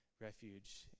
Refuge